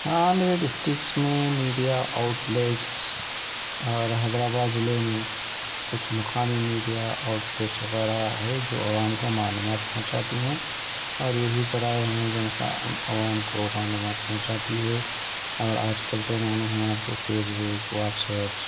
ہاں میرے ڈسٹرکٹس میں میڈیا آؤٹ لیٹس اور حیدر آباد ضلع میں کچھ مقامی میڈیا آؤٹ لیٹس وغیرہ ہے جو عوام کو معلوم پہونچاتی ہیں اور یہی ذرائع ہیں جو عوام کو معلومات پہونچاتی ہے اور آج کل تو معلوم ہے آپ کو فیس بک واٹسپس